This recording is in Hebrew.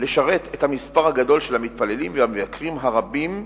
לשרת את המספר הגדול של המתפללים והמבקרים הרבים,